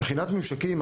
מבחינת ממשקים,